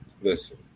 Listen